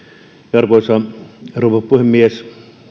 arvoisa rouva puhemies